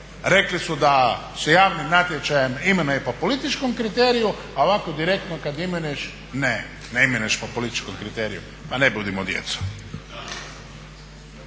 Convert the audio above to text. rekli su da se javnim natječajem imenuje po političkom kriteriju, a ovako direktno kad imenuješ … /Upadica se ne razumije./… Ne, ne imenuješ po političkom kriteriju. Ma ne budimo djeca!